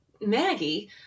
maggie